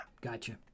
Gotcha